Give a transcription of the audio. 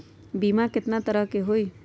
बीमा केतना तरह के होइ?